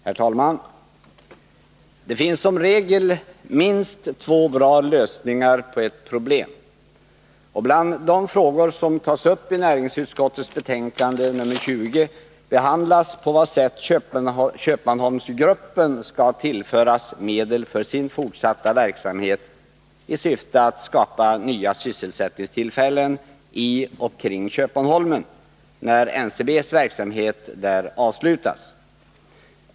Herr talman! Det finns som regel minst två bra lösningar på ett problem. Bland de frågor som tas upp i näringsutskottets betänkande nr 20 behandlas på vad sätt Köpmanholmsgruppen skall tillföras medel för sin fortsatta verksamhet i syfte att skapa nya sysselsättningstillfällen i och kring Köpmanholmen när NCB:s verksamhet där avslutas.